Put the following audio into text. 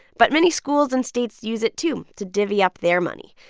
but many schools and states use it, too, to divvy up their money.